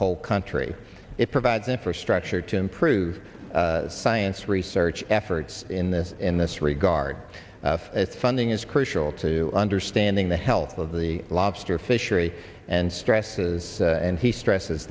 whole country it provides infrastructure to improve science research efforts in this in this regard as funding is crucial to understanding the health of the lobster fishery and stresses and he stresses